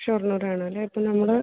ഷൊർണ്ണൂർ ആണല്ലേ അപ്പോൾ നമ്മൾ